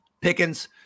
Pickens